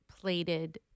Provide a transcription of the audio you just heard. plated